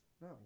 No